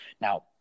Now